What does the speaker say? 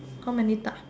how many duck